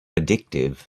addictive